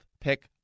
pick